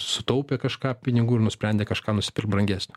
sutaupė kažką pinigų ir nusprendė kažką nusipirkt brangesnio